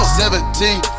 seventeen